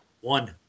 One